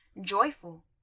joyful